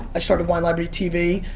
i started wine library tv.